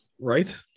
right